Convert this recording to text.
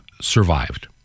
survived